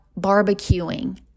barbecuing